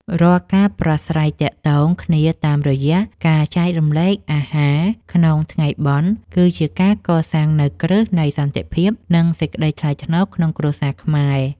រាល់ការប្រាស្រ័យទាក់ទងគ្នាតាមរយៈការចែករំលែកអាហារក្នុងថ្ងៃបុណ្យ គឺជាការកសាងនូវគ្រឹះនៃសន្តិភាព និងសេចក្តីថ្លៃថ្នូរក្នុងគ្រួសារខ្មែរ។